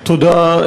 תודה.